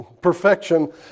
perfection